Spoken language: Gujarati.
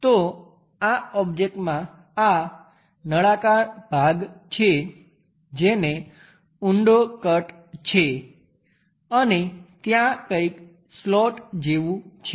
તો આ ઓબ્જેક્ટમાં આ નળાકાર ભાગ છે જેને ઉંડો કટ છે અને ત્યાં કંઈક સ્લોટ જેવું છે